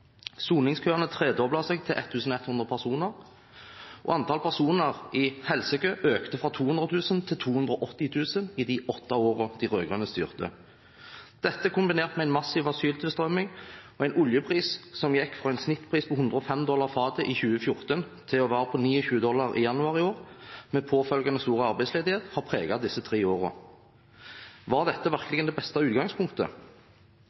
soningskøene tredoblet seg til 1 100 personer, og antall personer i helsekø økte fra 200 000 til 280 000 i de åtte årene de rød-grønne styrte. Dette, kombinert med en massiv asyltilstrømming og en oljepris som gikk fra en snittpris på 105 dollar fatet i 2014 til å være på 29 dollar i januar i år, med påfølgende stor arbeidsledighet, har preget disse tre årene. Var dette